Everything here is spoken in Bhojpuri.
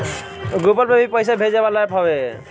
गूगल पे भी पईसा भेजे वाला एप्प हवे